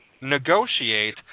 negotiate